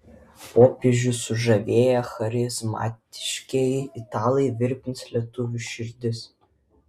popiežių sužavėję charizmatiškieji italai virpins lietuvių širdis